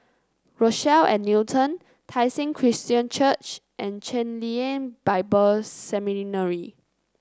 Rochelle at Newton Tai Seng Christian Church and Chen Lien Bible Seminary